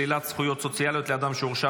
שלילת זכויות סוציאליות לאדם שהורשע